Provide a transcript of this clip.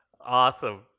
awesome